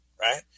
right